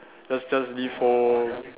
just just leave home